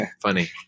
funny